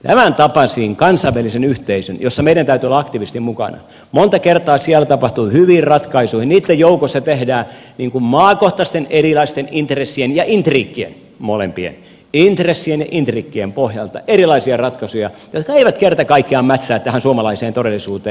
tämäntapaisten kansainvälisen yhteisön ratkaisujen joissa meidän täytyy olla aktiivisesti mukana monta kertaa siellä tapahtuvien hyvien ratkaisujen joukossa tehdään erilaisten maakohtaisten intressien ja intrigien molempien intressien ja intrigien pohjalta erilaisia ratkaisuja jotka eivät kerta kaikkiaan mätsää tähän suomalaiseen todellisuuteen